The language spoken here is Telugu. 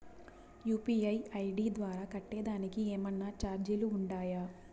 యు.పి.ఐ ఐ.డి ద్వారా కట్టేదానికి ఏమన్నా చార్జీలు ఉండాయా?